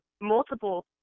multiple